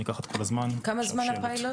כמה זמן הפיילוט?